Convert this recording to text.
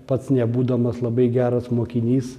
pats nebūdamas labai geras mokinys